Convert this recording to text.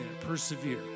Persevere